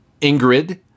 Ingrid